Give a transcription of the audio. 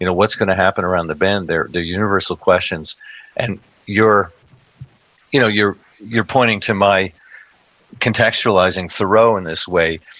you know what's gonna happen around the bend there? the universal questions and you're you know you're pointing to my contextualizing thoreau in this way.